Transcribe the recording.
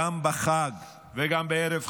גם בחג וגם בערב חג,